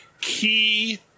Key